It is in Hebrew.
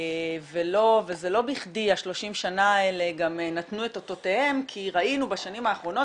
ולא בכדי ה-30 שנים האלה גם נתנו את אותותיהם כי ראינו בשנים האחרונות